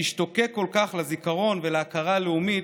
שהשתוקק כל כך לזיכרון ולהכרה הלאומית,